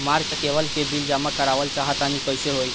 हमरा केबल के बिल जमा करावल चहा तनि कइसे होई?